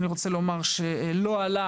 לא עלה